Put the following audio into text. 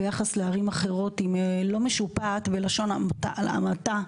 ביחס לערים אחרות לא משופעת בלשון המעטה,